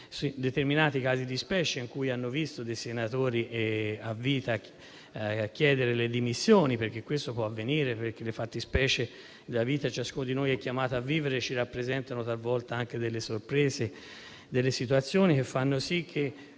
determinati casi di specie hanno visto senatori a vita chiedere le dimissioni, perché questo può avvenire, perché i casi della vita che ciascuno di noi è chiamato a vivere ci presentano talvolta anche delle sorprese, situazioni che fanno sì che